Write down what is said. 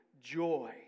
joy